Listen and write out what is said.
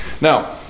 Now